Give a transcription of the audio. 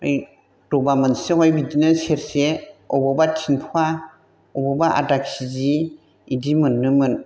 ओमफ्राय दबा मोनसेयावहाय बिदिनो सेरसे अबावबा तिन फवा अबावबा आदा केजि बेदि मोनोमोन